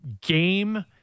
game